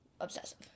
obsessive